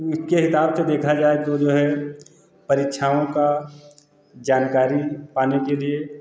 उसके हिसाब से देखा जाए तो जो है परीक्षाओं का जानकारी पाने के लिए